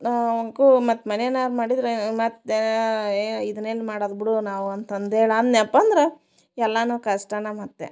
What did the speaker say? ಗು ಮತ್ತು ಮನೆನಾರೂ ಮಾಡಿದರೆ ಮತ್ತು ಏ ಇದನೇನು ಮಾಡೋದ್ ಬಿಡು ನಾವು ಅಂತ ಅಂದೇಳಿ ಅಂದ್ನ್ಯಪ್ಪ ಅಂದ್ರೆ ಎಲ್ಲನು ಕಷ್ಟನೇ ಮತ್ತೆ